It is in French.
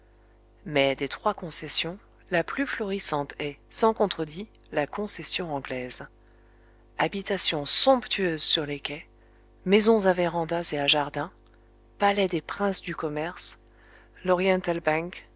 mais des trois concessions la plus florissante est sans contredit la concession anglaise habitations somptueuses sur les quais maisons à vérandas et à jardins palais des princes du commerce l'oriental bank